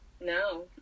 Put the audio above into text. No